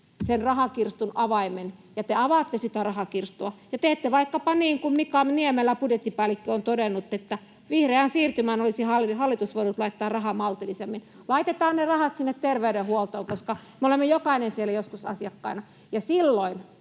sen rahakirstun avaimen ja te avaatte sitä rahakirstua ja teette vaikkapa niin kuin budjettipäällikkö Mika Niemelä on todennut, että vihreään siirtymään olisi hallitus voinut laittaa rahaa maltillisemmin. Laitetaan ne rahat sinne terveydenhuoltoon, koska me olemme jokainen siellä joskus asiakkaana, ja silloin